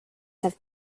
have